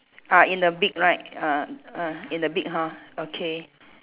ah in the big light ah ah in the big hall okay